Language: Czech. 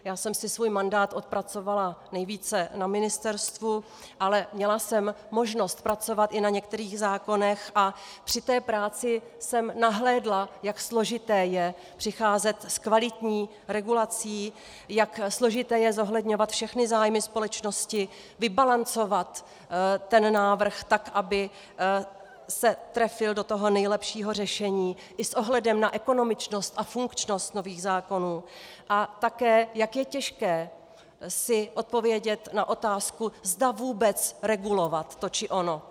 Já jsem si svůj mandát odpracovala nejvíce na ministerstvu, ale měla jsem možnost pracovat i na některých zákonech a při té práci jsem nahlédla, jak složité je přicházet s kvalitní regulací, jak složité je zohledňovat všechny zájmy společnosti, vybalancovat návrh tak, aby se trefil do nejlepšího řešení i s ohledem na ekonomičnost a funkčnost nových zákonů, a také jak je těžké si odpovědět na otázku, zda vůbec regulovat to či ono.